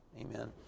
amen